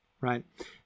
right